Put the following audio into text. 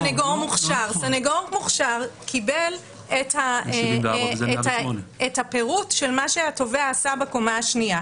סנגור מוכשר קיבל את הפירוט של מה שהתובע עשה בקומה השנייה.